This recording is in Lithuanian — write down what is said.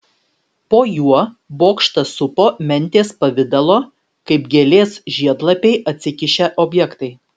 po juo bokštą supo mentės pavidalo kaip gėlės žiedlapiai atsikišę objektai